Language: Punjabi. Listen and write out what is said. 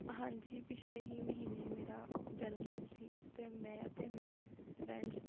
ਹਾਂਜੀ ਪਿਛਲੇ ਹੀ ਮਹੀਨੇ ਮੇਰਾ ਜਨਮਦਿਨ ਸੀ ਅਤੇ ਮੈੈਂ ਅਤੇ ਮੇਰੇ ਫਰੈਂਡਸ